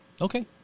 Okay